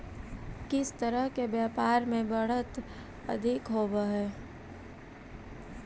किस तरह के व्यापार में बढ़त अधिक होवअ हई